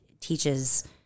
teaches